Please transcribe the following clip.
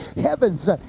heavens